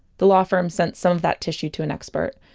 the law firm sent some of that tissue to an expert.